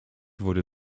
wurde